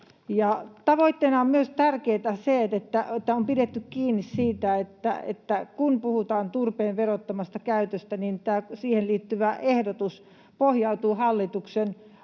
Tavoitteessa on tärkeätä myös se, että on pidetty kiinni siitä, että kun puhutaan turpeen verottomasta käytöstä, niin tämä siihen liittyvä ehdotus pohjautuu hallituksen